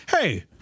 hey